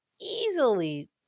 easily